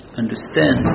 understand